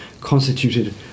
constituted